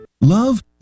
Love